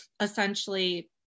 essentially